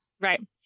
Right